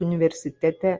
universitete